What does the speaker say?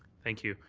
thank you.